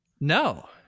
no